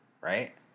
right